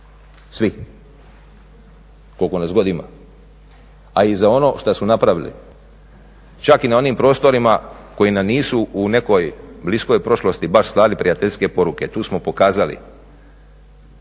svi koliko nas god ima. A i za ono što su napravili čak i na onim prostorima koji nam nisu u nekoj bliskoj prošlosti baš slali prijateljske poruke. Tu smo pokazali